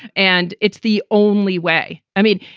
and it's the only way i mean,